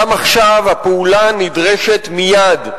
גם עכשיו הפעולה נדרשת מייד,